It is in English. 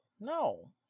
No